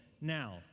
Now